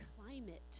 climate